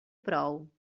prou